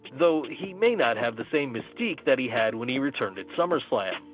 though he may not have the same mystique that he had when he returned at summerslam.